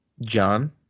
John